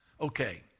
Okay